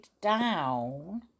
down